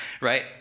right